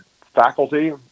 faculty